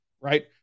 right